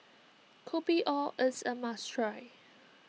Kopi O is a must try